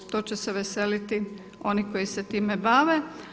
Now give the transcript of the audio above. To će se veseliti oni koji se time bave.